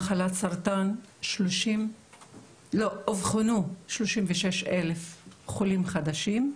אובחנו 36,000 חולים חדשים,